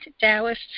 Taoist